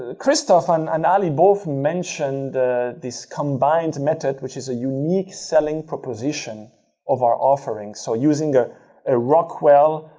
ah christoph and and ali both mentioned this combined method, which is a unique selling proposition of our offering. so, using ah a rockwell,